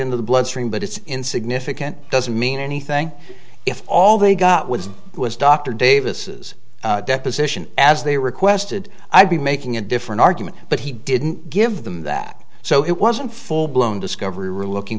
into the bloodstream but it's in significant doesn't mean anything if all they got with was dr davis's deposition as they requested i be making a different argument but he didn't give them that so it wasn't full blown discovery relooking